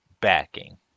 backing